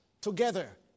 together